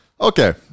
Okay